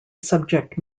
subject